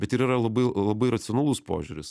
bet ir yra labai labai racionalus požiūris